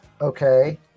okay